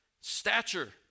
stature